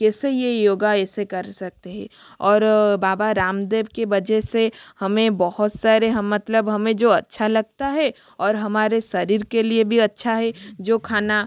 कैसे ये योगा ऐसे कर सकते है और बाबा रामदेव के वजह से हमें बहुत सारे हम मतलब हमें जो अच्छा लगता है और हमारे शरीर के लिए भी अच्छा है जो खाना